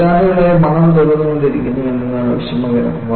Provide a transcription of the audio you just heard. പതിറ്റാണ്ടുകളായി മണം തുടർന്നുകൊണ്ടിരുന്നു എന്നതാണ് വിഷമകരം